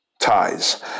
ties